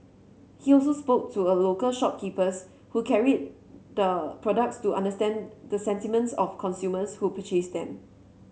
he also spoke to a local shopkeepers who carried the products to understand the sentiments of consumers who purchased them